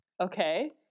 Okay